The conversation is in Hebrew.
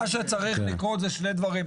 מה שצריך לקרות זה שני דברים.